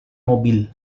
mobil